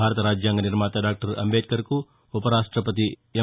భారత రాజ్యాంగ నిర్మాత డాక్టర్ అంబేద్కర్కు ఉపరాష్టపతి ఎం